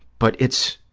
but it's,